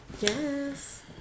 Yes